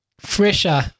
fresher